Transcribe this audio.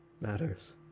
matters